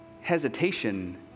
hesitation